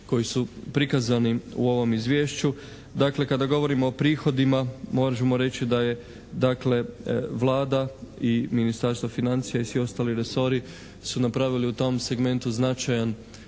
koji su prikazani u ovom Izvješću. Dakle kada govorimo o prihodima možemo reći da je dakle Vlada i Ministarstvo financija i svi ostali resori su napravili u tom segmentu značajan